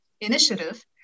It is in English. initiative